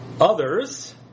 others